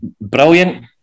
brilliant